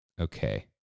Okay